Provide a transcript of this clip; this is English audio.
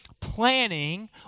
Planning